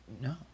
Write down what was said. No